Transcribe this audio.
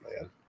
man